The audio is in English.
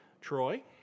Troy